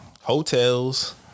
Hotels